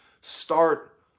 start